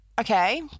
Okay